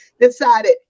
decided